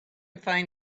find